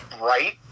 right